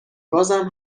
بازم